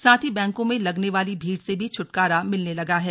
साथ ही बैंकों में लगने वाली भीड़ से भी छुटकारा मिलने लगा है